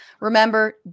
remember